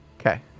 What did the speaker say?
okay